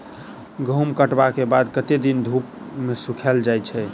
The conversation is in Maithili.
गहूम कटला केँ बाद कत्ते दिन धूप मे सूखैल जाय छै?